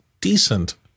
decent